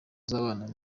z’abana